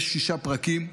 יש שישה פרקים,